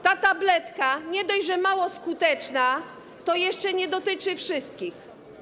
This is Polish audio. Ta tabletka nie dość, że mało skuteczna, to jeszcze nie dotyczy wszystkich.